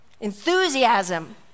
Enthusiasm